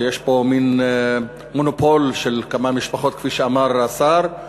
שיש פה מין מונופול של כמה משפחות כמו שאמר השר,